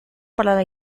para